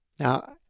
Now